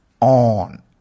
on